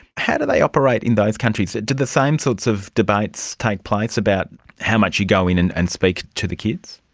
how do they operate in those countries? do the same sorts of debates take place about how much you go in and speak to the kids?